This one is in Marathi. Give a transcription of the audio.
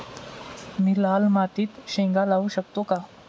मी लाल मातीत शेंगा लावू शकतो का?